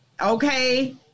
okay